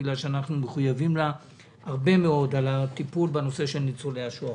בגלל שאנחנו חייבים לה הרבה מאוד על הטיפול בנושא של ניצולי השואה.